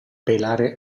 pelare